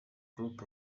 klopp